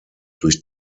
durch